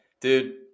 dude